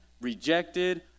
rejected